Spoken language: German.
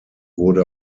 wurde